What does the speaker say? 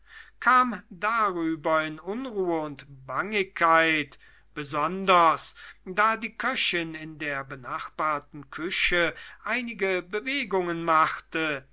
kam darüber in unruhe und bangigkeit besonders da die köchin in der benachbarten küche einige bewegungen machte